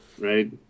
right